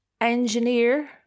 engineer